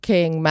King